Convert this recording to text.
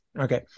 Okay